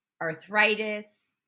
arthritis